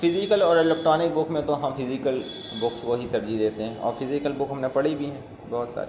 physical اور electronic book میں تو ہم فیزیکل بکس کو ہی ترجیح دیتے ہیں اور فیزیکل بک ہم نے پڑھی بھی ہیں بہت ساری